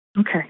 Okay